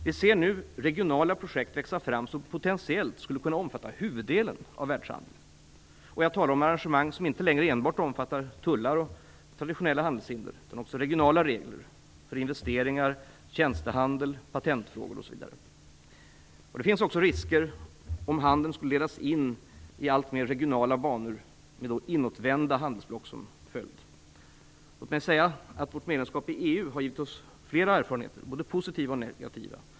Vi ser nu regionala projekt växa fram som potentiellt skulle kunna omfatta huvuddelen av världshandeln. Jag talar om arrangemang som inte längre enbart omfattar tullar och traditionella handelshinder, utan också regionala regler för investeringar, tjänstehandel, patentfrågor osv. Det finns också risker om handeln skulle ledas in i allt mer regionala banor med inåtvända handelsblock som följd. Låt mig säga att vårt medlemskap i EU har givit oss flera erfarenheter, både positiva och negativa.